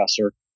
professor